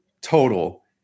total